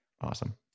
Awesome